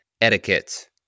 etiquette